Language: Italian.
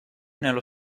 nello